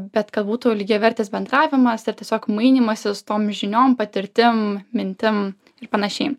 bet kad būtų lygiavertis bendravimas ir tiesiog mainymasis tom žiniom patirtim mintim ir panašiai